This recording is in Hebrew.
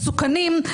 מסוכנים,